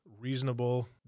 reasonable